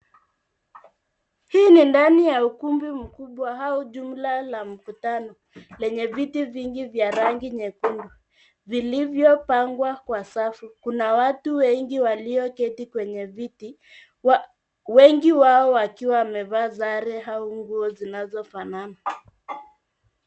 Hii ni ndani ya ukumbi mkubwa au jumla la mkutano lenye viti vingi vya rangi nyekundu vilivyopangwa kwa safu. Kuna watu wengi walioketi kwenye viti, wengi wao wakiwa wamevaa sare au nguo zinazofanana.